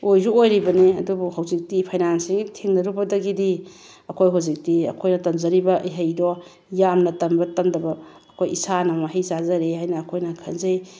ꯑꯣꯏꯁꯨ ꯑꯣꯏꯔꯤꯕꯅꯤ ꯑꯗꯨꯕꯨ ꯍꯧꯖꯤꯛꯇꯤ ꯐꯥꯏꯅꯥꯟꯁꯤꯑꯦꯜꯒꯤ ꯊꯦꯡꯅꯔꯨꯕꯗꯒꯤꯗꯤ ꯑꯩꯈꯣꯏ ꯍꯧꯖꯤꯛꯇꯤ ꯑꯩꯈꯣꯏꯅ ꯇꯝꯖꯔꯤꯕ ꯏꯍꯩꯗꯣ ꯌꯥꯝꯅ ꯇꯝꯕ ꯇꯝꯗꯕ ꯑꯩꯈꯣꯏ ꯏꯁꯥꯅ ꯃꯍꯩ ꯆꯥꯖꯔꯦ ꯍꯥꯏꯅ ꯑꯩꯈꯣꯏꯅ ꯈꯟꯖꯩ